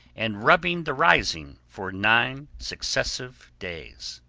and rubbing the rising for nine successive days.